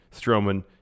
Strowman